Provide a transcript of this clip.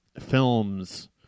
films